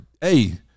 Hey